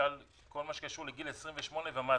למשל כל מה שקשור לגיל 28 ומטה.